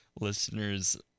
listeners